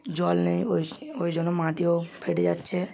জল নেই ওই ওই জন্য মাটিও ফেটে যাচ্ছে